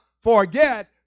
forget